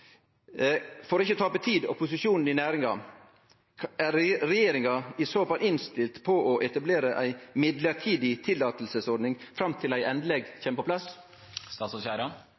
i næringa, er regjeringa i så fall innstilt på å etablere ei mellombels tillatingsordning fram til ei endeleg kjem på plass?